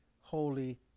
Holy